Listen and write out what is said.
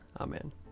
Amen